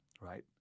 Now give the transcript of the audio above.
right